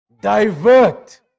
divert